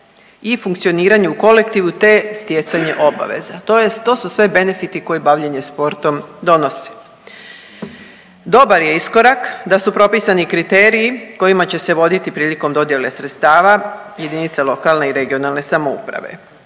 i funkcioniranje u kolektivu, te stjecanje obaveza. To je, to su sve benefiti koje bavljenje sportom donosi. Dobar je iskorak da su propisani kriteriji kojima će se voditi prilikom dodjele sredstava jedinice lokalne i regionalne samouprave.